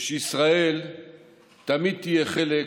ושישראל תמיד תהיה חלק